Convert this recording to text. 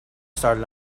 started